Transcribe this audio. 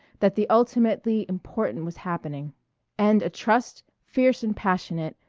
that the ultimately important was happening and a trust, fierce and passionate,